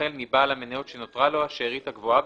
החל מבעל המניות שנותרה לו השארית הגבוהה